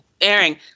airing